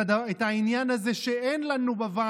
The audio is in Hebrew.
את העניין הזה שבוועדות,